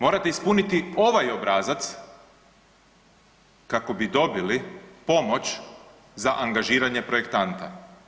Morate ispuniti ovaj obrazac kako bi dobili pomoć za angažiranje projektanta.